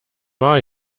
war